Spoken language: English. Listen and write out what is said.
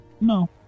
No